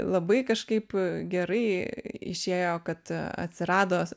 labai kažkaip gerai išėjo kad atsirado